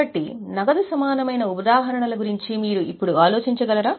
కాబట్టి నగదు సమానమైన ఉదాహరణల గురించి మీరు ఇప్పుడు ఆలోచించగలరా